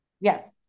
yes